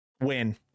win